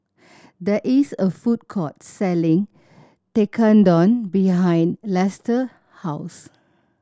there is a food court selling Tekkadon behind Lester house